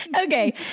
Okay